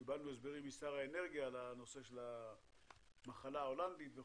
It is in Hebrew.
וקיבלנו הסברים משר האנרגיה על המחלה ההולנדית,